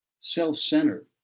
self-centered